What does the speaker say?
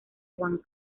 juan